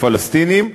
שהפלסטינים יוזמים.